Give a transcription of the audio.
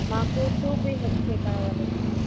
మాకు two BHK కావాలండీ